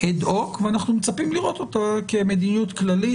אד הוק ואנחנו מצפים לראות אותה כמדיניות כללית.